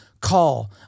call